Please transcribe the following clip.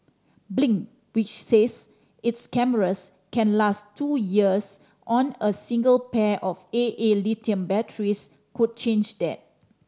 blink which says its cameras can last two years on a single pair of A A lithium batteries could change that